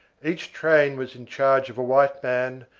each train was in charge of a white man,